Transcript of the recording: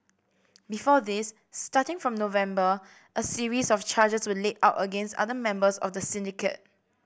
before this starting from November a series of charges were laid out against other members of the syndicate